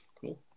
Cool